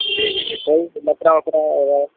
جی جی جی کوئی لفڑہ وفڑہ وغیرہ